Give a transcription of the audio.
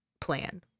plan